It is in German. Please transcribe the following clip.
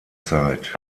zeit